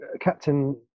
Captain